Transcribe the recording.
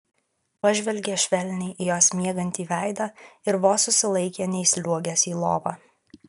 pažvelgė švelniai į jos miegantį veidą ir vos susilaikė neįsliuogęs į lovą